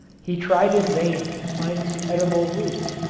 he tried in vain to find some edible roots,